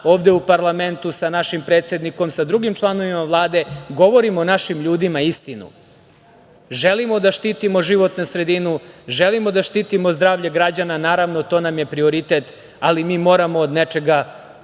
ovde u parlamentu, sa našim predsednikom, sa drugim članovima Vlade govorimo našim ljudima istinu. Želimo da štitimo životnu sredinu. Želimo da štitimo zdravlje građana. Naravno, to nam je prioritet, ali mi moramo od nečega da